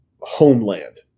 homeland